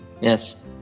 yes